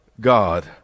God